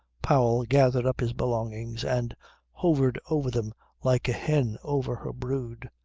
powell gathered up his belongings and hovered over them like a hen over her brood.